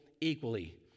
equally